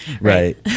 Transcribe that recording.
Right